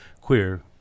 queer